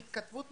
בהתכתבות,